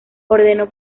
ordenó